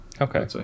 Okay